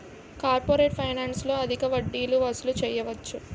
corporate ఫైనాన్స్లో అధిక వడ్డీలు వసూలు చేయవచ్చు